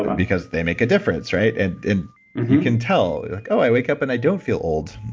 because they make a difference, right, and you can tell. oh, i wake up and i don't feel old.